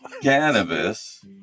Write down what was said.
Cannabis